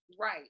right